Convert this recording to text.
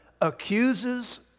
accuses